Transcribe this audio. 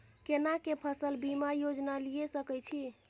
केना के फसल बीमा योजना लीए सके छी?